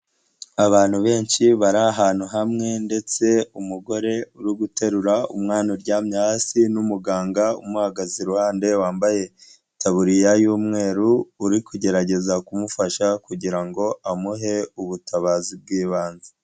Abantu benshi bari ahantu hamwe ndetse umugore uri guterura umwana uryamye hasi, n'umuganga umuhagaze iruhande wambaye itaburiya y'umweru, uri kugerageza kumufasha kugira ngo amuhe ubutabazi bw'ibanze.